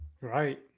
Right